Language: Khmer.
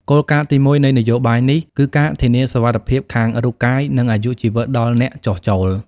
គោលការណ៍ទីមួយនៃនយោបាយនេះ គឺការធានាសុវត្ថិភាពខាងរូបកាយ និងអាយុជីវិតដល់អ្នកចុះចូល។